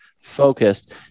focused